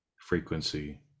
frequency